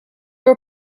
were